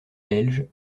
belge